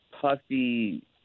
puffy